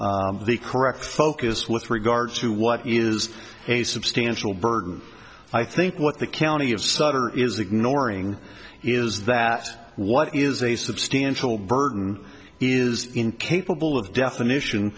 the correct focus with regard to what is a substantial burden i think what the county of sutter is ignoring is that what is a substantial burden is incapable of definition